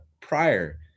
prior